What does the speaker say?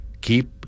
Keep